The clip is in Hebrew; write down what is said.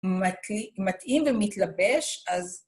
מתאים ומתלבש, אז...